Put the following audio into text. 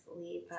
leave